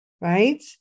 right